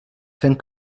fent